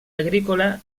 agrícola